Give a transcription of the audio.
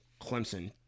Clemson